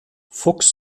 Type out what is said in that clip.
fuchs